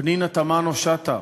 פנינה תמנו-שטה,